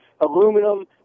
aluminum